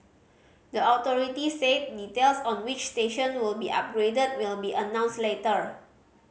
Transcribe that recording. the authority said details on which station would be upgraded will be announced later